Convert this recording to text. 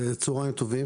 צוהריים טובים.